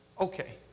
okay